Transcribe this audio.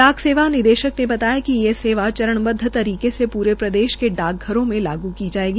डाक सेवा निदेशक ने बताया कि यह सेवा चरणबद्व तरीके से पूरे प्रदेश के डाकघरों में लागू की जायेगी